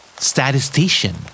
Statistician